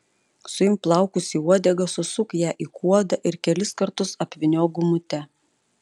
suimk plaukus į uodegą susuk ją į kuodą ir kelis kartus apvyniok gumute